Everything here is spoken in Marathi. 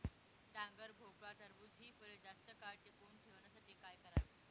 डांगर, भोपळा, टरबूज हि फळे जास्त काळ टिकवून ठेवण्यासाठी काय करावे?